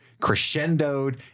crescendoed